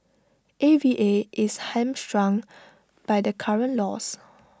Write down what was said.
A V A is hamstrung by the current laws